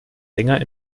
länger